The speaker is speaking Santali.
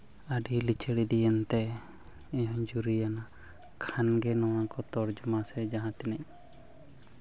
ᱟᱹᱰᱤ ᱞᱤᱪᱟᱹᱲ ᱤᱫᱤᱭᱮᱱᱛᱮ ᱤᱧ ᱦᱚᱸᱧ ᱡᱩᱨᱤ ᱟᱱᱟ ᱠᱷᱟᱱ ᱜᱮ ᱱᱚᱣᱟ ᱠᱚ ᱛᱚᱨᱡᱚᱢᱟ ᱥᱮ ᱡᱟᱦᱟᱸ ᱛᱤᱱᱟᱹᱜ